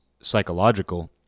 psychological